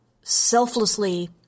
selflessly